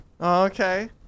Okay